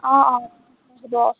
অঁ অঁ হ'ব